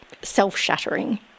self-shattering